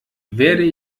werde